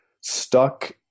stuck